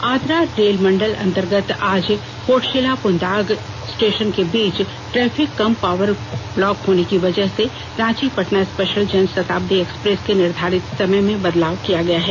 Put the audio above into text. आद्रा रेलमंडल अंतर्गत आज कोटशिला प्रदांग स्टेशन के बीच ट्रैफिक कम पावर ब्लॉक होने की वजह से रांची पटना स्पेशल जनशताब्दी एक्सप्रेस के निर्घारित समय में बदलाव किया गया है